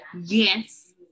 Yes